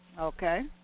okay